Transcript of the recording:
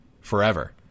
forever